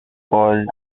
called